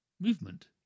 movement